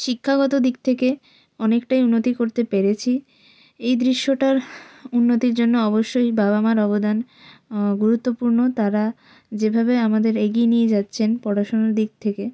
শিক্ষাগত দিক থেকে অনেকটাই উন্নতি করতে পেরেছি এই দৃশ্যটার উন্নতির জন্য অবশ্যই বাবা মার অবদান গুরুত্বপূর্ণ তারা যেভাবে আমাদের এগিয়ে নিয়ে যাচ্ছেন পড়াশোনার দিক থেকে